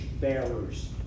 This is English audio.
bearers